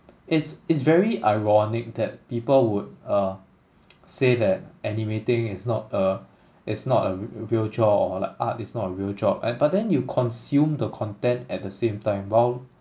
it's it's very ironic that people would uh say that animating is not a is not a real job or like art is not a real job and but then you consume the content at the same time while